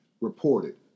reported